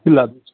ಇಲ್ಲ ಅದು